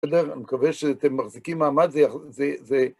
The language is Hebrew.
בסדר? אני מקווה שאתם מחזיקים מעמד, זה..זה..